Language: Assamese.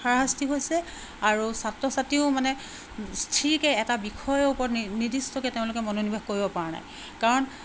হাৰশাস্তি হৈছে আৰু ছাত্ৰ ছাত্ৰীও মানে স্থিৰকৈ এটা বিষয়ৰ ওপৰত নিৰ্দিষ্টকৈ তেওঁলোকে মনোনিৱেশ কৰিবপৰা নাই কাৰণ